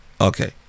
Okay